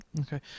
Okay